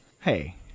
Hey